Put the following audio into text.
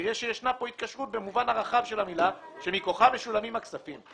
נראה שיש כאן התקשרות במובן הרחב של המילה שמכוחה משולמים הכספים.